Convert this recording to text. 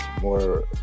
more